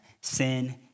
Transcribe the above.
sin